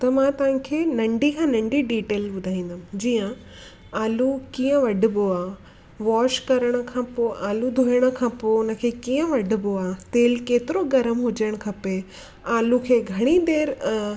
त मां तव्हांखे नंढी खां नंढी डिटेल ॿुधाइंदमि जीअं आलू कीअं वढबो आहे वॉश करण खां पोइ आलू धोअण खां पोइ उनखे कीअं वढबो आहे तेल केतिरो गरम हुजणु खपे आलू खे घणी देरि अ